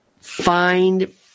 find